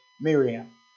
Miriam